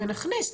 ונכניס,